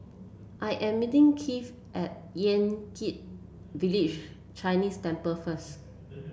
I am meeting Keith at Yan Kit Village Chinese Temple first